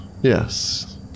Yes